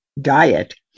diet